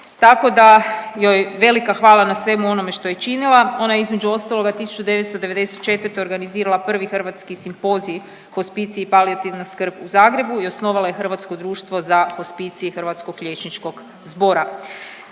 tako da joj velika hvala na svemu onome što je činila. Ona je između ostaloga 1994. organizirala Prvi hrvatski simpozij hospicij i palijativna skrb u Zagrebu i osnovala je Hrvatsko društvo za hospicij Hrvatskog liječničkog zbora.